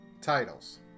titles